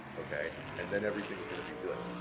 ok? and then everything is going to be good.